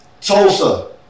Tulsa